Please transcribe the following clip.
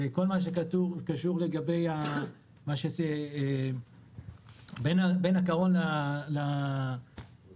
וכל מה שקשור למרווח בין הקרון לרציף